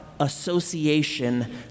association